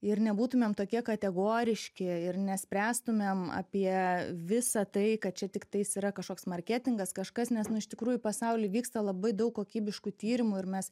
ir nebūtumėm tokie kategoriški ir nespręstumėm apie visą tai kad čia tiktais yra kažkoks marketingas kažkas nes nu iš tikrųjų pasauly vyksta labai daug kokybiškų tyrimų ir mes